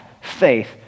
faith